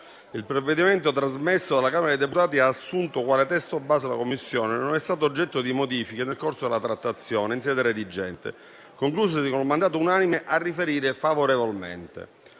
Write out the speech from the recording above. Il provvedimento, trasmesso dalla Camera dei deputati, assunto quale testo base dalla Commissione, non è stato oggetto di modifiche nel corso della trattazione in sede redigente, conclusasi con il mandato unanime a riferire favorevolmente.